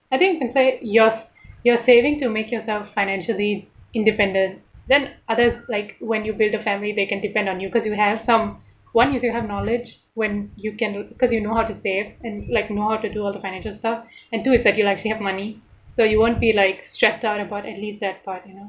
I think it's like you're you're saving to make yourself financially independent then others like when you build a family they can depend on you because you have some one is you have knowledge when you can do cause you know how to save and like you know how to do all the financial stuff and two is that you actually have money so you won't be like stressed out about at least that part you know